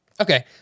Okay